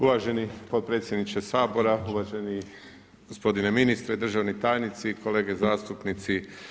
Uvaženi potpredsjedniče Sabora, uvaženi gospodine ministre, državni tajnici, kolege zastupnici.